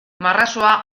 marrazoa